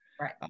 Right